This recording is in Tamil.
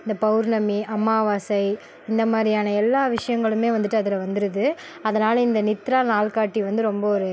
இந்தப் பௌர்ணமி அமாவாசை இந்த மாதிரியான எல்லா விஷயங்களுமே வந்துட்டு அதில் வந்துடுது அதனால் இந்த நித்ரா நாள்காட்டி வந்து ரொம்ப ஒரு